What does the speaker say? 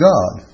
God